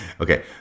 Okay